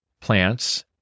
plants